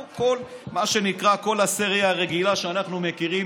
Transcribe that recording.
מה שנקרא כל הסריה הרגילה שאנחנו מכירים